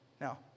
Now